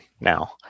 now